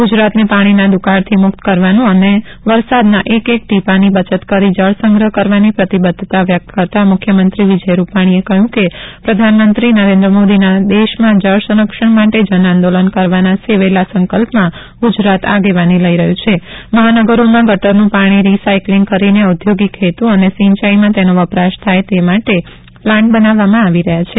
ગુજરાતને પાણીના દુકાળથી મુક્ત કરવાનું અને વરસાદના એક એક ટીપાંની બચત કરી જળસંગ્રહ કરવાની પ્રતિબધ્ધતા વ્યક્ત કરતાં મુખ્યમંત્રી વિજયભાઈ રૂપાણીએ કહ્યું કે પ્રધાનમંત્રી નરેન્દ્ર મોદીના દેશમાં જળ સંરક્ષણ માટે જન આંદોલન કરવાના સેવેલા સંકલ્પમાં ગુજરાત આગેવાની લઈ રહ્યું છે મહાનગરોમાં ગટરનું પાણીનું રીસાયકિંલગ કરીને ઔદ્યોગિક હેતુ અને સિંચાઈમાં તેનો વપરાશ થાય તે માટે પ્લાન્ટ બનાવવામાં આવી રહ્યાં છે